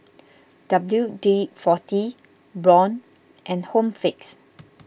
W D forty Braun and Home Fix